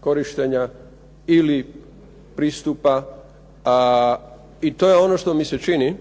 korištenja, ili pristupa? I to je ono što mi se čini